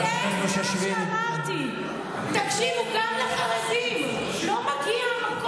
מירב, מירב, באיילון לא היו,